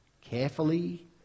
carefully